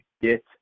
get